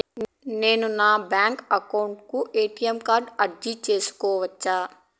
నేను నా bank account కు ఎ.టి.ఎం కార్డు అర్జీ సేసుకోవచ్చా?